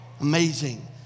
Amazing